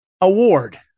award